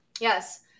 Yes